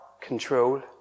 control